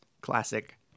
classic